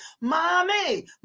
Mommy